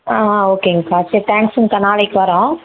ஆ ஆ ஓகேங்க்கா சரி தேங்க்ஸுங்க்கா நாளைக்கு வரறோம்